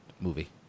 movie